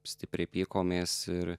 stipriai pykomės ir